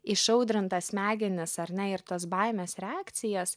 išaudrintas smegenis ar ne ir tos baimės reakcijas